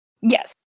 Yes